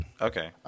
Okay